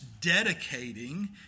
dedicating